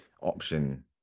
option